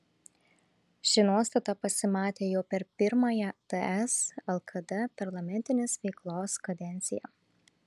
ši nuostata pasimatė jau per pirmąją ts lkd parlamentinės veiklos kadenciją